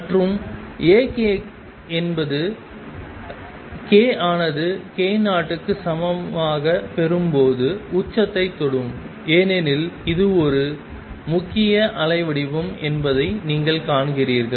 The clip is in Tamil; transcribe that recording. மற்றும் Ak க்கு என்பது k ஆனது k0 க்கு சமமாக பெரும் போது உச்சத்தை தொடும் ஏனெனில் இது ஒரு முக்கிய அலைவடிவம் என்பதை நீங்கள் காண்கிறீர்கள்